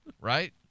Right